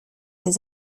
des